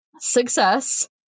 success